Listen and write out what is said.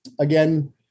again